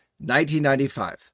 1995